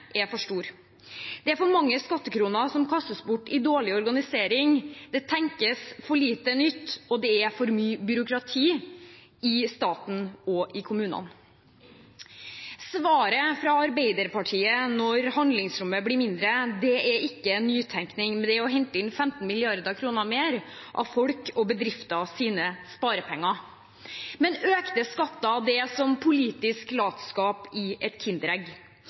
er for store. Det er for mange skattekroner som kastes bort i dårlig organisering, det tenkes for lite nytt, og det er for mye byråkrati i staten og kommunene. Svaret fra Arbeiderpartiet når handlingsrommet blir mindre, er ikke nytenkning, men å hente inn 15 mrd. kr mer av folks og bedrifters sparepenger. Men økte skatter er som politisk latskap i et